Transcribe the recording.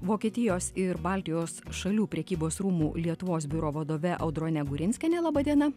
vokietijos ir baltijos šalių prekybos rūmų lietuvos biuro vadove audronė gurinskienė laba diena